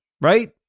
Right